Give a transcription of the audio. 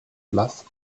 place